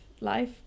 Life